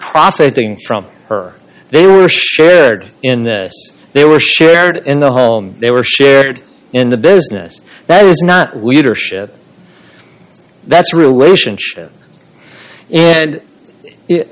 profiting from her they were shared in that they were shared in the home they were shared in the business that is not we are shit that's relationship